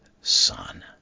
son